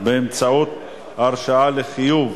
באמצעות הרשאה לחיוב